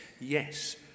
yes